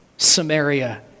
Samaria